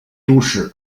都市